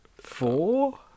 four